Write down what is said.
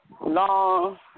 Long